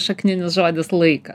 šakninis žodis laiką